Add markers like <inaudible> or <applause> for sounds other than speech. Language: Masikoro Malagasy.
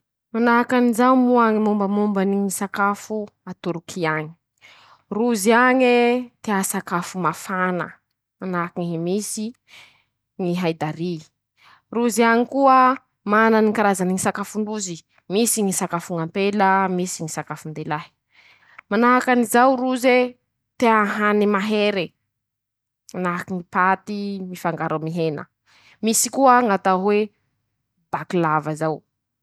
Manahaky anizao moa ñy mombamombany ñy sakafo a Torokia añy: -Rozy añe ,tea sakafo mafana ,manahaky hemisy ñy haidary ;rozy añy koa ,manany ñy karazany ñy sakafon-drozy, <shushes> misy ñy sakafon'ampela misy ñy sakafon-delahy ;manahaky anizao roze ,tea hany mahere ,manahaky ñy paty mifangaro amy hena ,misy koa ñ'atao hoe Baklava zao.